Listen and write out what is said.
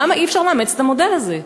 למה אי-אפשר לאמץ את המודל הזה?